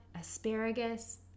asparagus